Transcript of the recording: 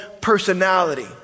personality